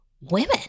women